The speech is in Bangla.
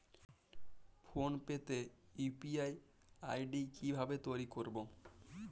ফোন পে তে ইউ.পি.আই আই.ডি কি ভাবে তৈরি করবো?